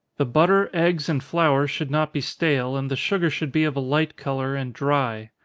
the butter, eggs, and flour, should not be stale, and the sugar should be of a light color, and dry.